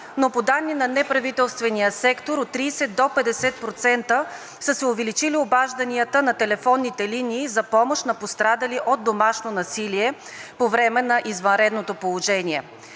но по данни на неправителствения сектор от 30 до 50% са се увеличили обажданията на телефонните линии за помощ на пострадали от домашно насилие по време на извънредното положение,